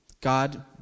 God